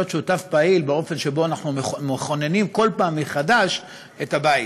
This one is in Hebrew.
שותף פעיל באופן שבו מכוננים כל פעם מחדש את הבית.